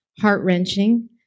heart-wrenching